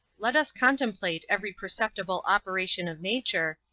let us contemplate every perceptible operation of nature,